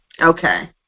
Okay